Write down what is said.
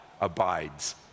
abides